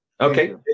Okay